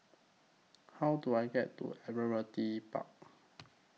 How Do I get to Admiralty Park